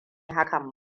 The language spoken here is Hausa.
hakan